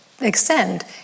extend